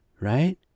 right